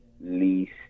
least